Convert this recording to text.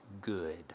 good